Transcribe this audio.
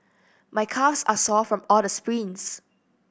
my calves are sore from all the sprints